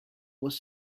was